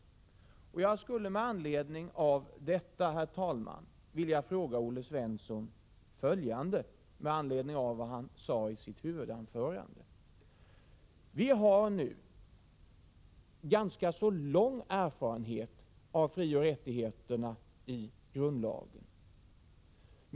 Jag skulle med anledning av detta och av vad Olle Svensson sade i sitt huvudanförande vilja ställa några frågor. Vi har nu ganska lång erfarenhet av frioch rättigheterna i grundlagen.